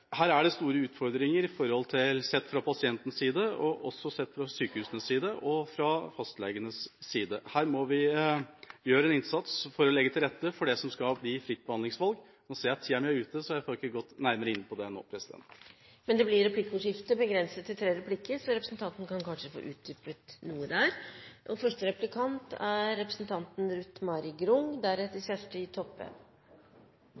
Her er det store utfordringer sett fra pasientenes side, fra sykehusenes side og fra fastlegenes side. Her må vi gjøre en innsats for å legge til rette for fritt behandlingsvalg. Jeg ser at tida mi er ute, så jeg får ikke gått nærmere inn på det nå. Det blir replikkordskifte, så representanten kan kanskje få utdypet noe der. Først vil jeg si at jeg likte innledningen – det å bruke erfaringen som folkevalgt og så etterlyse mer samarbeid på tvers av komiteene. Det er